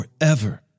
forever